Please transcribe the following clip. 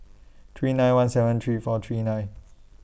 three nine one seven three four three nine